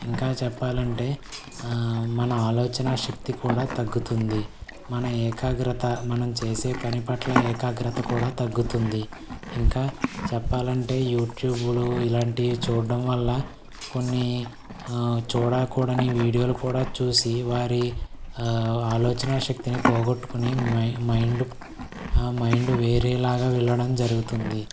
ఇంకా చెప్పాలంటే మన ఆలోచన శక్తి కూడా తగ్గుతుంది మన ఏకాగ్రత మనం చేసే పని పట్ల ఏకాగ్రత కూడా తగ్గుతుంది ఇంకా చెప్పాలంటే యూట్యూబ్లో ఇలాంటివి చూడ్డం వల్ల కొన్ని చూడకూడని వీడియోలు కూడా చూసి వారి ఆలోచన శక్తిని పోగొట్టుకుని మైం మైండ్ మైండ్ వేరే లాగా వెళ్ళడం జరుగుతుంది